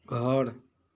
घर